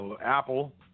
Apple